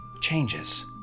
changes